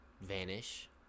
vanish